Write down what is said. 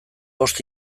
bost